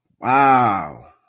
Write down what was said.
Wow